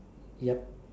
yup